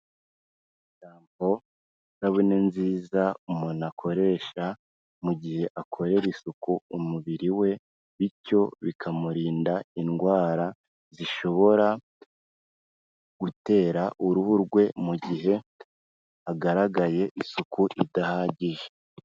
Shampo ni isabune nziza umuntu akoresha mu gihe akorera isuku umubiri we bityo bikamurinda indwara zishobora gutera uruhu rwe, mu gihe agaragaye isuku idahagije.